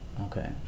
Okay